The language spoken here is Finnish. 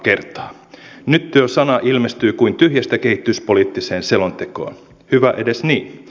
nyt tuo sana ilmestyy kuin tyhjästä kehityspoliittiseen selontekoon hyvä edes niin